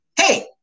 Hey